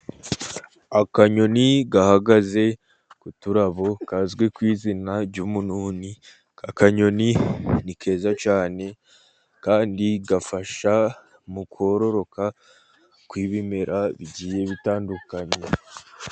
Akanyoni gahagaze ku turabo kazwi ku izina ry'umununi. Aka kanyoni ni keza cyane, kandi gafasha mu kororoka kw'ibimera bitandukanye.